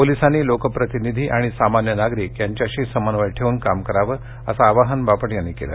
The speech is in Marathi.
पोलिसांनी लोकप्रतिनिधी आणि सामान्य नागरिक यांच्याशी समन्वय ठेवून काम करावं असं आवाहन बापट यांनी यावेळी केलं